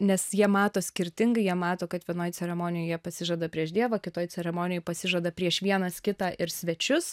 nes jie mato skirtingai jie mato kad vienoj ceremonijoje pasižada prieš dievą kitoj ceremonijoj pasižada prieš vienas kitą ir svečius